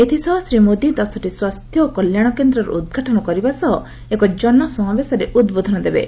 ଏଥିସହ ଶ୍ରୀ ମୋଦି ଦଶଟି ସ୍ୱାସ୍ଥ୍ୟ ଓ କଲ୍ୟାଣ କେନ୍ଦ୍ରର ଉଦ୍ଘାଟନ କରିବା ସହ ଏକ ଜନସମାବେଶରେ ଉଦ୍ବୋଧନ ଦେବେ